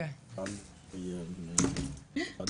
שזה יסתדר, תודה על